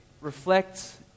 reflect